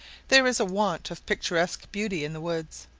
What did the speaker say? there is a want of picturesque beauty in the woods.